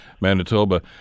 Manitoba